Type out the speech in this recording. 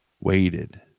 waited